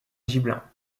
gibelin